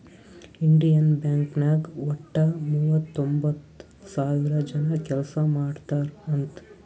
Indian Bank ನಾಗ್ ವಟ್ಟ ಮೂವತೊಂಬತ್ತ್ ಸಾವಿರ ಜನ ಕೆಲ್ಸಾ ಮಾಡ್ತಾರ್ ಅಂತ್